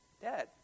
Dead